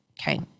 okay